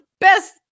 Best